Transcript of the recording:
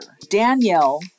Danielle